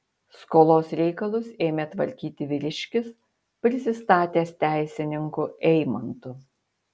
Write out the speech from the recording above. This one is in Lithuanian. skolos reikalus ėmė tvarkyti vyriškis prisistatęs teisininku eimantu